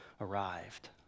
arrived